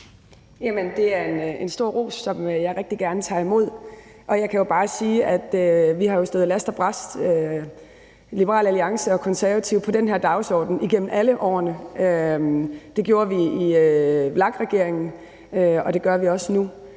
det er en stor ros, som jeg rigtig gerne tager imod. Jeg kan bare sige, at vi jo har stået last og brast i Liberal Alliance og Konservative på den her dagsorden igennem alle årene. Det gjorde vi i VLAK-regeringen, og det gør vi også nu.